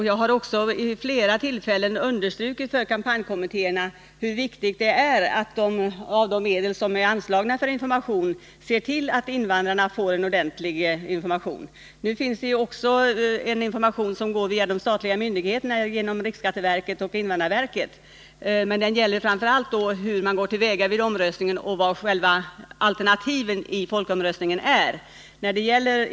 Jag har också vid flera tillfällen understrukit för kampanjkommittéerna hur viktigt det är att de, med de medel som är anslagna för information, ser till att även invandrarna får ordentlig information. Nu finns det också en information som går via de statliga myndigheterna, genom riksskatteverket och invandrarverket, men den gäller framför allt hur man går till väga vid omröstningen och vilka själva alternativen i folkomröstningen är.